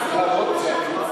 תעני.